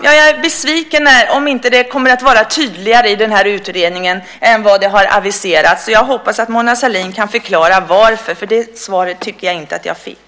Jag är besviken om det inte kommer att vara tydligare i den här utredningen än det har aviserats. Jag hoppas att Mona Sahlin kan förklara varför. Det svaret tycker jag inte att jag fick.